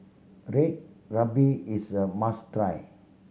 Red Ruby is a must try